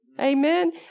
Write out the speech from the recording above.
amen